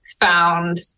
found